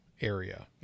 area